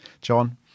John